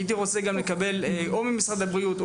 הייתי רוצה גם לקבל או ממשרד הבריאות או